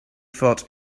felt